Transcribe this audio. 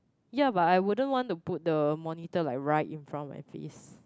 ya but I wouldn't want to put the monitor like right in front of my face